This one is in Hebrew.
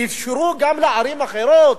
אישרו גם לערים אחרות,